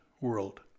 world